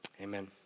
Amen